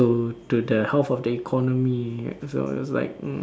to to the health of the economy so it was like